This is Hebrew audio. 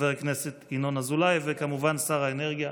חבר הכנסת ינון אזולאי, וכמובן שר האנרגיה.